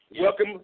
Welcome